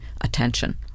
attention